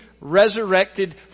resurrected